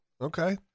Okay